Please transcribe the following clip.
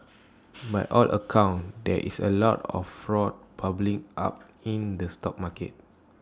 by all accounts there is A lot of frog public up in the stock market